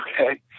Okay